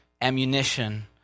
ammunition